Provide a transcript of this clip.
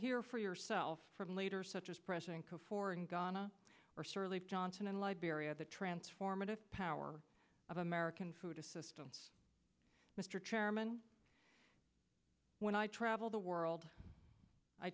here for yourself from leaders such as president before in guyana or surly johnson in liberia the transformative power of american food assistance mr chairman when i travel the world i